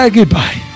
Goodbye